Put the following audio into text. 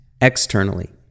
externally